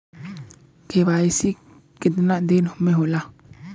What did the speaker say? KYC कितना दिन में होले?